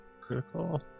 Critical